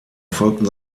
folgten